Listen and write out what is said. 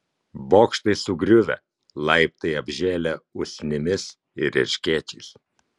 bokštai sugriuvę laiptai apžėlę usnimis ir erškėčiais